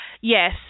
Yes